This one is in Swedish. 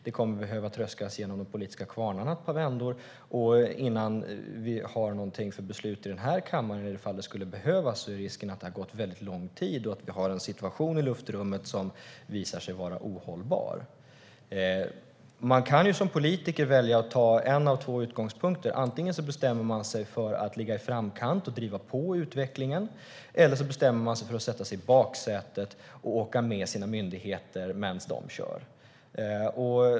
Det kommer att behöva tröskas genom de politiska kvarnarna i ett par vändor. Innan vi har någonting för beslut i den här kammaren, ifall det skulle behövas, är risken att det har gått väldigt lång tid och att vi har en situation i luftrummet som visar sig vara ohållbar. Man kan som politiker välja en av två utgångspunkter. Antingen bestämmer man sig för att ligga i framkant och driva på utvecklingen eller bestämmer man sig för att sätta sig i baksätet och åka med sina myndigheter medan de kör.